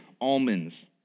almonds